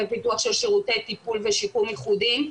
ופיתוח של שירותי טיפול ושיקום ייחודיים.